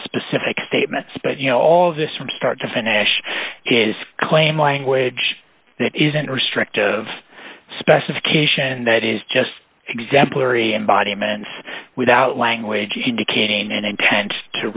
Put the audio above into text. specific statements but you know all this from start to finish his claim language that isn't restrictive specification that is just exemplary embodiments without language you can be kidding and intend to